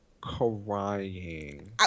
crying